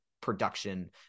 production